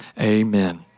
Amen